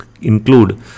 include